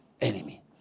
enemy